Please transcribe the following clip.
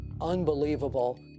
Unbelievable